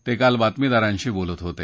ते काल बातमीदारांशी बोलत होते